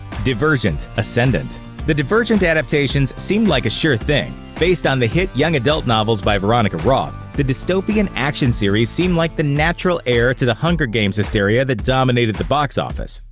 divergent ascendant the divergent adaptations seemed like a sure thing. based on the hit young adult novels by veronica roth, the dystopian action series seemed like the natural heir to the hunger games hysteria that dominated the box office.